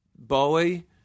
Bowie